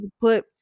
put